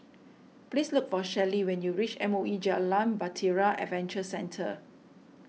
please look for Shelli when you reach M O E Jalan Bahtera Adventure Centre